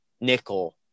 nickel